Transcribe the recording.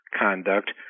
conduct